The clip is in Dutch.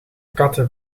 katten